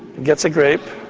gets a grape.